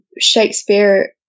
Shakespeare